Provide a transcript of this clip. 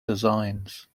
designs